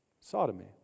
sodomy